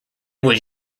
was